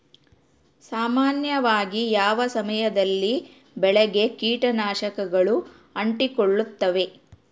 ಸಾಮಾನ್ಯವಾಗಿ ಯಾವ ಸಮಯದಲ್ಲಿ ಬೆಳೆಗೆ ಕೇಟನಾಶಕಗಳು ಅಂಟಿಕೊಳ್ಳುತ್ತವೆ?